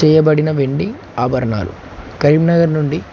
చేయబడిన వెండి ఆభరణాలు కరీంనగర్ నుండి